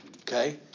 Okay